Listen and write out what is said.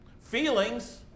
feelings